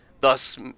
thus